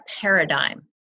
paradigm